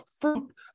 fruit